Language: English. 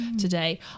today